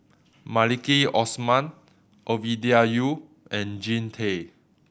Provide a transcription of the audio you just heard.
Maliki Osman Ovidia Yu and Jean Tay